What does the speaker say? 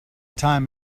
time